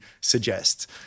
suggest